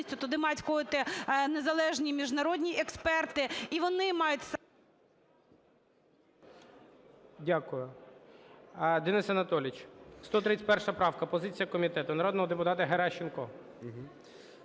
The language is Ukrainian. Дякую. Денис Анатолійович, 131 правка, позиція комітету, народного депутата Геращенко.